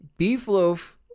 Beefloaf